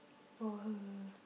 for her